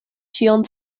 ĉion